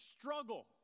struggle